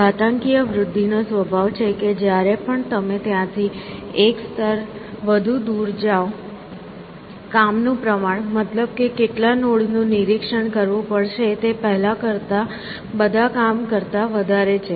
આ ઘાતાંકીય વૃદ્ધિનો સ્વભાવ છે કે જ્યારે પણ તમે ત્યાંથી એક સ્તર વધુ દૂર જાઓ કામનું પ્રમાણ મતલબ કે કેટલા નોડ નું નિરીક્ષણ કરવું પડશે તે પહેલાં કરેલા બધા કામ કરતા વધારે છે